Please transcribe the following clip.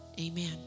Amen